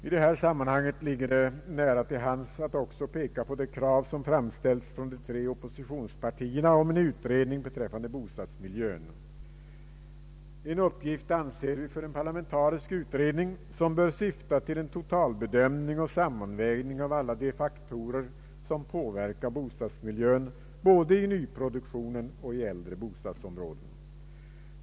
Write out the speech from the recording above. I detta sammanhang ligger det nära till hands att också peka på de krav som framställts från de tre Ooppositionspartierna om en utredning beträffande bostadsmiljön. Vi anser att detta är en uppgift för en parlamentarisk utredning som bör syfta till en totalbedömning och sammanvägning av alla de faktorer som påverkar bostadsmiljön både i nyproduktionen och i äldre bostadsområden.